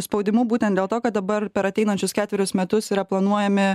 spaudimu būtent dėl to kad dabar per ateinančius ketverius metus yra planuojami